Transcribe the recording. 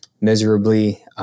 miserably